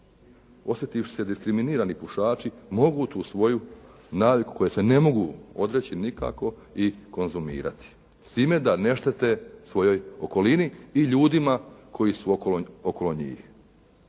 … diskriminirani pušači mogu tu svoju naviku koje se ne mogu odreći nikako i konzumirati s time da ne štete svojoj okolini i ljudima koji su okolo njih.